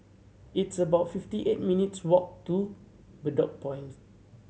it's about fifty eight minutes' walk to Bedok Points